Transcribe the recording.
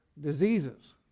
diseases